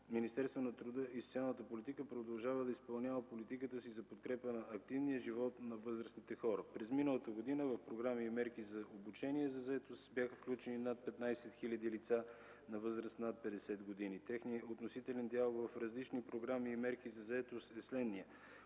Министерството на труда и социалната политика продължава да изпълнява политиката си за подкрепа на активния живот на възрастните хора. През миналата година в „Програми и мерки за обучение и заетост” бяха включени над 15 хиляди лица на възраст над 50 години. Техният относителен дял в различни програми и мерки за заетост е следният: